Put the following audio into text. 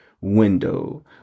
window